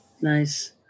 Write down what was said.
Nice